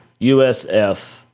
USF